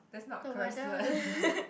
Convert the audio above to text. the weather